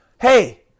Hey